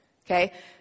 okay